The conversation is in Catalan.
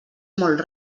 molt